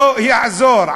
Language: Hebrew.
לא יעזור.